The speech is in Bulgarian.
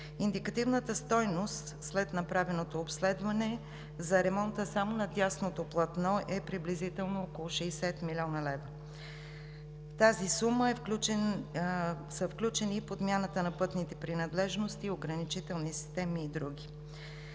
Индикативната стойност след направеното обследване за ремонта само на дясното платно е приблизително около 60 млн. лв. В тази сума са включени подмяната на пътните принадлежности, ограничителни системи и други.